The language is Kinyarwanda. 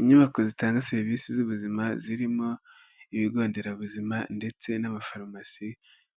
Inyubako zitanga serivisi z'ubuzima zirimo ibigo nderabuzima ndetse n'amafarumasi,